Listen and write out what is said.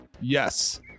Yes